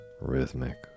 Rhythmic